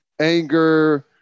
anger